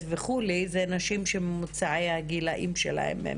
וכולי אלו נשים שממוצעי הגילאים שלהן הוא